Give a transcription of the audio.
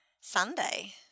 Sunday